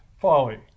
folly